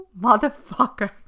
motherfucker